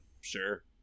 sure